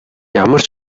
ямар